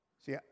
see